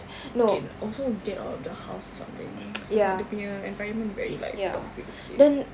can like also get out of the house or something sebab dia punya environment very like toxic sikit